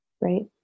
Right